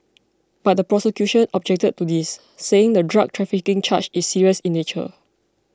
but the prosecution objected to this saying the drug trafficking charge is serious in nature